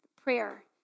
prayer